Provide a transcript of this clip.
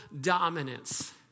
dominance